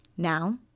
Now